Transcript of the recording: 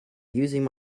using